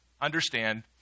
understand